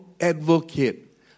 advocate